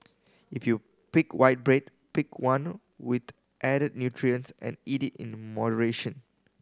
if you pick white bread pick one with added nutrients and eat it in moderation